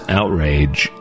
outrage